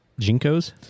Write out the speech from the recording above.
Jinkos